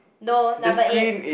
no number eight